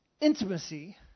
intimacy